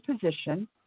position